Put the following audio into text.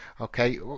okay